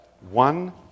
one